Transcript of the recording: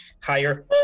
higher